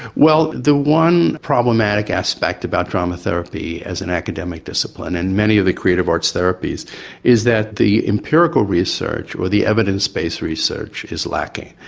well the one problematic aspect about drama therapy as an academic discipline and many of the creative arts therapies is that the empirical research, or the evidence-based research, is lacking,